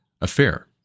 affair